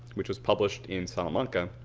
which was published in salamanca